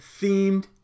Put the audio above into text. themed